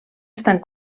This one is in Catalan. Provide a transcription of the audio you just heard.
estan